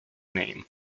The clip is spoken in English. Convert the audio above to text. name